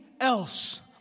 else